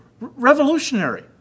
revolutionary